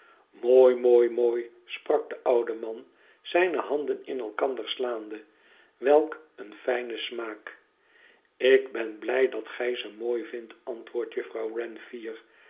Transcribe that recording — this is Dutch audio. mooi mooi mooi sprak de oude man zijne handen in elkander slaande iwelk een fijne smaak ik ben blij dat gij ze mooi vindt antwoordde juffrouw wren fier